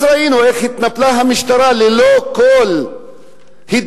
אז ראינו איך התנפלה המשטרה ללא כל התגרות,